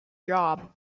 job